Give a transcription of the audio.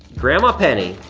grandma penny,